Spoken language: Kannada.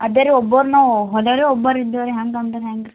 ಅದೇ ರೀ ಒಬ್ಬರು ನಾವ್ ಹೊಲಿಯೋರೆ ಒಬ್ಬರು ಇದ್ದೇವೆ ರೀ ಹಂಗೆ ಅಂದ್ರೆ ಹೆಂಗ್ ರೀ